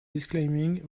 disclaiming